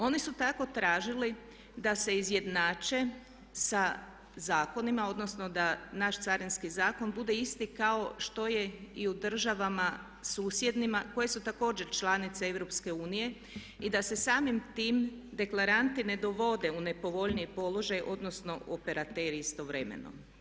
Oni su tako tražili da se izjednače sa zakonima, odnosno da naš Carinski zakon bude isti kao što je i u državama susjednima koje su također članice EU i da se samim tim deklaranti ne dovode u nepovoljniji položaj odnosno operateri istovremeno.